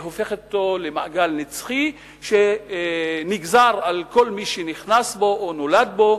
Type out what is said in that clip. והופכת אותו למעגל נצחי שנגזר על כל מי שנכנס אליו או שנולד בו,